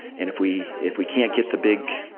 and if we if we can't get the big,